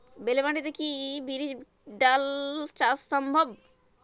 বেলে মাটিতে কি বিরির ডাল চাষ সম্ভব?